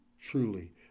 truly